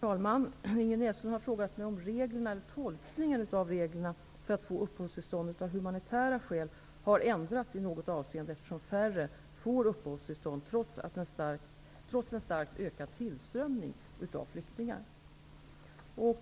Herr talman! Ingrid Näslund har frågat mig om reglerna eller tolkningen av reglerna för att få uppehållstillstånd av humanitära skäl har ändrats i något avseende, eftersom färre får uppehållstilstånd, trots en starkt ökad tillströmning av flyktingar.